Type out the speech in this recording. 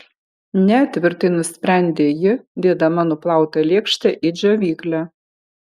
ne tvirtai nusprendė ji dėdama nuplautą lėkštę į džiovyklę